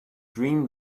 dream